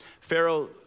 Pharaoh